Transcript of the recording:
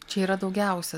čia yra daugiausia